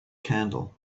candle